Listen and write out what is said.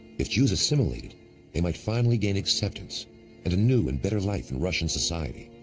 if jews assimilated, they might finally gain acceptance and a new and better life in russian society.